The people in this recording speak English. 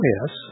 Yes